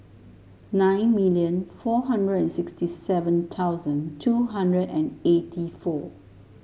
nine million four hundred and sixty seven thousand two hundred and eighty four